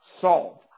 solve